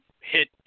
hit